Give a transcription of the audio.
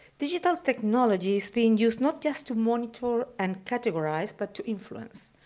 digital technology's being used not just to monitor and categorize, but to influence.